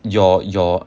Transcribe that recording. your your